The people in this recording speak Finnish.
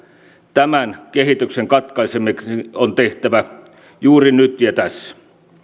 tämän kehityksen katkaisemiseksi on tehtävä juuri nyt ja tässä